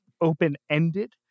open-ended